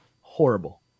horrible